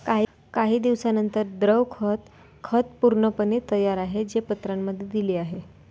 काही दिवसांनंतर, द्रव खत खत पूर्णपणे तयार आहे, जे पत्रांमध्ये दिले आहे